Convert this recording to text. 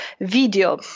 Video